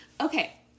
Okay